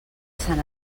sant